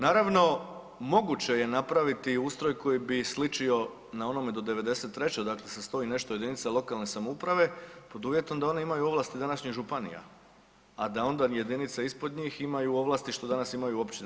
Naravno moguće je napraviti ustroj koji bi sličio na onome do '93. dakle sa 100 i nešto jedinica lokalne samouprave pod uvjetom da oni imaju ovlasti današnjih županija, a da onda jedinice ispod njih imaju ovlasti što danas imaju općine.